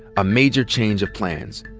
a major change of plans.